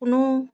কোনো